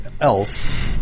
else